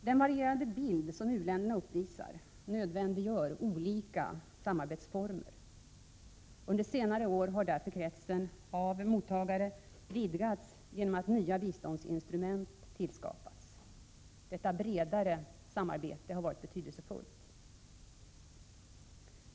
Den varierande bild som u-länderna uppvisar nödvändiggör olika samarbetsformer. Under senare år har därför kretsen av mottagare vidgats genom att nya biståndsinstrument har skapats. Detta bredare samarbete har varit betydelsefullt.